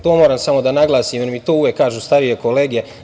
To moram samo da naglasim, jer mi to uvek kažu starije kolege.